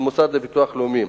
של המוסד לביטוח לאומי.